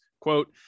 quote